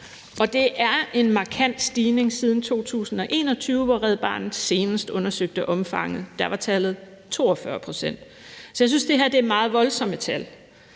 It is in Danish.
det er en markant stigning siden 2021, hvor Red Barnet senest undersøgte omfanget. Der var tallet 42 pct. Så jeg synes, det her er meget voldsomme tal.